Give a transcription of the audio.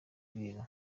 ikintu